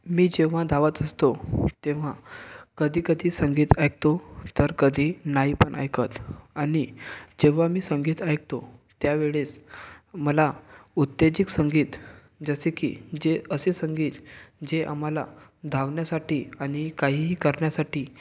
मी जेव्हा धावत असतो तेव्हा कधी कधी संगीत ऐकतो तर कधी नाही पण ऐकत आणि जेव्हा मी संगीत ऐकतो त्या वेळेस मला उत्तेजक संगीत जसे की जे असे संगीत जे आम्हाला धावण्यासाठी आणि काहीही करण्यासाठी